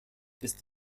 ist